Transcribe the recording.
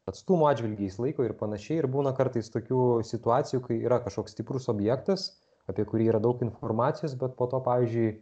atstumo atžvilgiais laiko ir panašiai ir būna kartais tokių situacijų kai yra kažkoks stiprus objektas apie kurį yra daug informacijos bet po to pavyzdžiui